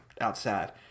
outside